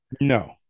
No